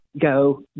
go